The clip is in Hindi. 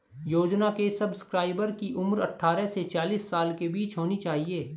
योजना के सब्सक्राइबर की उम्र अट्ठारह से चालीस साल के बीच होनी चाहिए